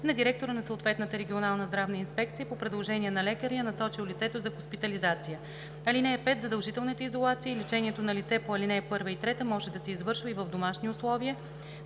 на директора на съответната регионална здравна инспекция по предложение на лекаря, насочил лицето за хоспитализация. (5) Задължителната изолация и лечението на лице по ал. 1 и 3 може да се извършва и в домашни условия